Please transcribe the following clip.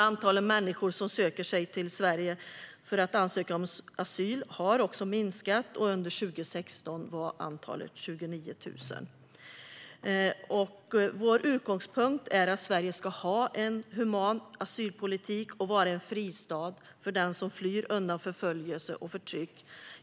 Antalet människor som söker sig till Sverige för att ansöka om asyl har också minskat, och under 2016 var antalet 29 000. Vår utgångspunkt är att Sverige ska ha en human asylpolitik och vara en fristad för den som flyr undan förföljelse och förtryck.